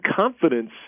confidence